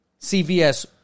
CVS